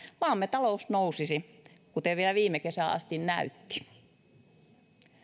maamme talous nousisi kuten vielä viime kesään asti näytti